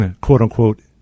quote-unquote